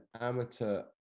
amateur